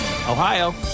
Ohio